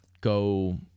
go